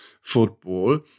football